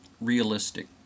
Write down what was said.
realistic